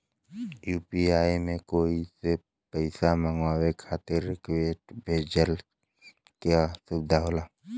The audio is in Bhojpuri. यू.पी.आई में कोई से पइसा मंगवाये खातिर रिक्वेस्ट भेजे क सुविधा होला